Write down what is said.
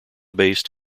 based